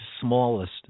smallest